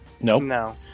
No